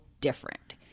different